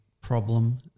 problem